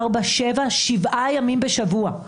ואחר כך בשועפט היו הרבה תמונות של המחבל על הבתים.